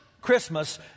Christmas